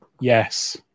Yes